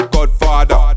Godfather